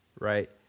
right